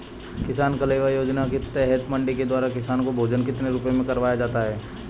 किसान कलेवा योजना के तहत मंडी के द्वारा किसान को भोजन कितने रुपए में करवाया जाता है?